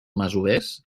masovers